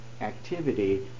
activity